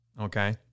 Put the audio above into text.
Okay